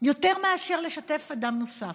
יותר מאשר אדם נוסף.